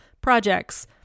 projects